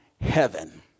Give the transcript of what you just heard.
Heaven